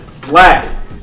black